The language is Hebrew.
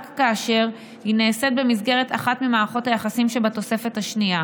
כאשר היא נעשית במסגרת אחת ממערכות היחסים שבתוספת השנייה,